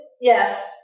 yes